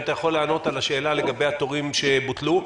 אם אתה יכול לענות על השאלה לגבי התורים שבוטלו,